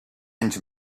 anys